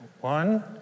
One